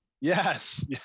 Yes